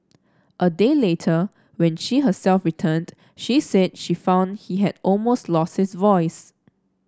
a day later when she herself returned she said she found he had almost lost his voice